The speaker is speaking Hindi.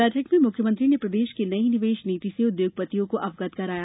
बैठक में मुख्यमंत्री ने प्रदेश की नई निवेश नीति से उद्योगपतियों को अवगत कराया